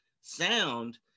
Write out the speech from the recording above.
sound